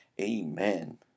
Amen